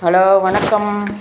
hello வணக்கம்